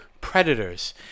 predators